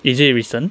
is it recent